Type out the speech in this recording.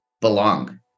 belong